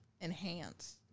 enhance